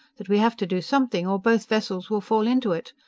that we have to do something or both vessels will fall into it.